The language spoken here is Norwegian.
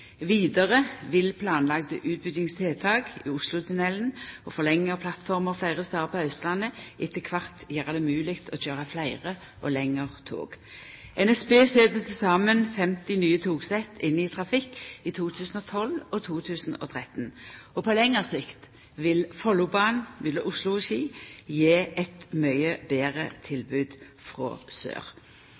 Vidare vil planlagde utbyggingstiltak i Oslotunnelen og forlenging av plattformer fleire stader på Austlandet etter kvart gjera det mogleg å køyra fleire og lengre tog. NSB set til saman 50 nye togsett inn i trafikk i 2012 og 2013. På lengre sikt vil Follobanen mellom Oslo og Ski gje eit mykje betre tilbod frå sør.